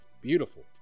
beautiful